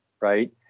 right